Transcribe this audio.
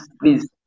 please